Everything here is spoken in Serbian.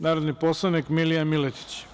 narodni poslanik Milija Miletić.